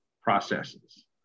processes